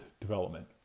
development